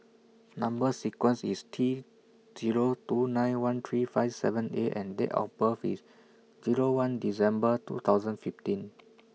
Number sequence IS T Zero two nine one three five seven A and Date of birth IS Zero one December two thousand fifteen